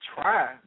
try